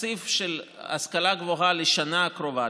התקציב של ההשכלה הגבוהה לשנה הקרובה,